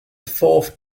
fourth